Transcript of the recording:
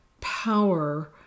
power